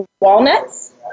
walnuts